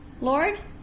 Lord